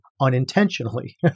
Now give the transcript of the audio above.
unintentionally